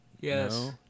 yes